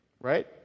right